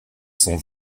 sont